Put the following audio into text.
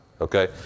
okay